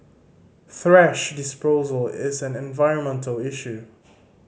thrash disposal is an environmental issue